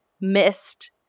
missed